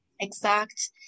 exact